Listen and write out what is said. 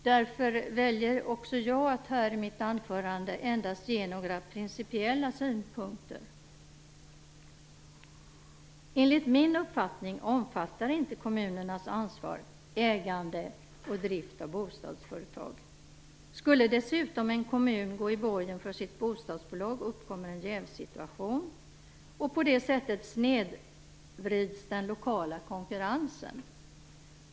Därför väljer också jag att här i mitt anförande endast ge några principiella synpunkter. Enligt min uppfattning omfattar inte kommunernas ansvar ägande och drift av bostadsföretag. Skulle dessutom en kommun gå i borgen för sitt bostadsbolag, uppkommer en jävssituation. På det sättet snedvrids den lokala konkurrensen.